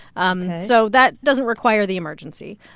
um so that doesn't require the emergency.